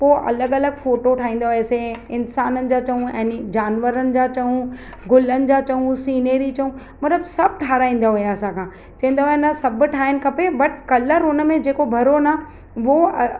पोइ अलॻि अलॻि फोटो ठाहींदा हुआसीं इंसाननि जा चऊं याने जानवरनि जा चऊं गुलनि जा चऊं सीनरी चऊं मतिलबु सभु ठाराहींदा हुआ असां खां चवंदा हुआ न सभु ठाहिनि खपे बट कलर हुन में जेको भरो न उहो